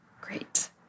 Great